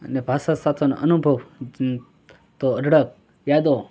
અને ભાષા સાથેનો અનુભવ અં તો અઢળક યાદો